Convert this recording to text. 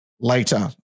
later